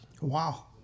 Wow